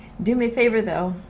do me a favor, though,